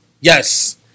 Yes